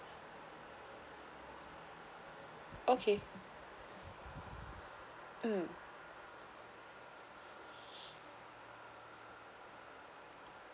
okay um